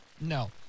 No